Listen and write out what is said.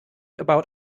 about